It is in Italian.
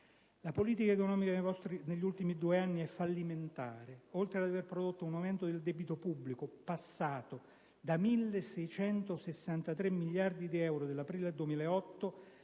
La politica economica degli ultimi due anni è fallimentare: oltre ad aver prodotto un aumento del debito pubblico - passato dai 1.663 miliardi di euro dell'aprile 2008